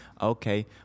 Okay